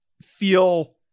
feel